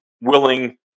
willing